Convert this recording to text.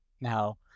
Now